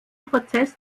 prozess